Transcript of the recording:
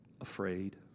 afraid